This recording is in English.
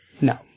No